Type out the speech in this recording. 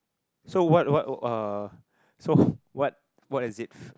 so what what uh so what what is it